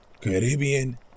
Caribbean